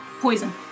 poison